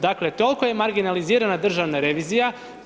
Dakle toliko je marginalizirana Državna revizija.